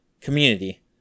Community